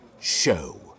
show